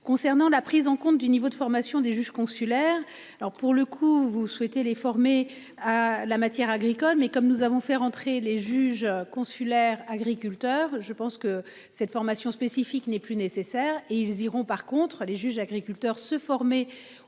Concernant la prise en compte du niveau de formation des juges consulaires. Alors pour le coup vous souhaitez les former à la matière agricole mais comme nous avons fait rentrer les juges consulaires, agriculteur. Je pense que cette formation spécifique n'est plus nécessaire et ils iront par contre les juges, agriculteurs se former